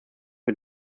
für